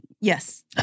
yes